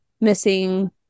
missing